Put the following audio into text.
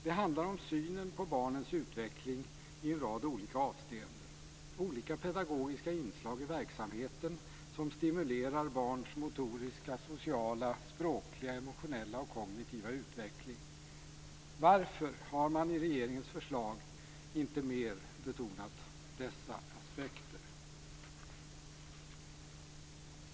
Det handlar om synen på barnens utveckling i en rad olika avseenden: olika pedagogiska inslag i verksamheten som stimulerar barns motoriska, sociala, språkliga, emotionella och kognitiva utveckling. Varför har man i regeringens förslag inte mer betonat dessa aspekter?